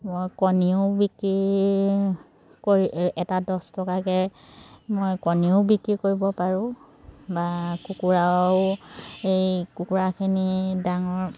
মই কণীও বিক্ৰী কৰি এটাত দছ টকাকৈ মই কণীও বিক্ৰী কৰিব পাৰোঁ বা কুকুৰাও এই কুকুৰাখিনি ডাঙৰ